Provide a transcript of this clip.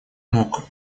мог